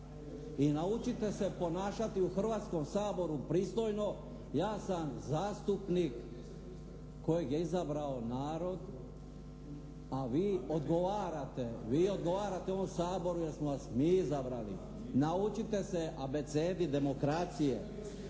I naučite se ponašati u Hrvatskom saboru pristojno. Ja sam zastupnik kojeg je izabrao narod, a vi odgovarate. Vi odgovarate ovom Saboru jer smo vas mi izabrali. Naučite se abecedi demokracije.